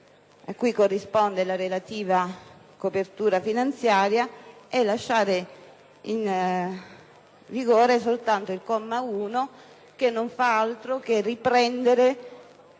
a cui corrisponde la relativa copertura finanziaria, e lasciare soltanto il comma 1, che non fa altro che riprendere